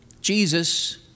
Jesus